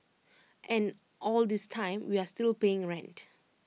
and all this time we are still paying rent